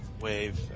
wave